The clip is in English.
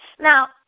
Now